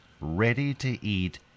ready-to-eat